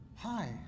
Hi